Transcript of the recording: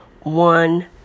one